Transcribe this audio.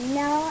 no